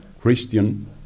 Christian